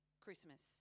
Christmas